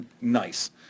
nice